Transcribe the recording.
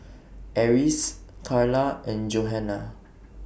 Eris Carla and Johannah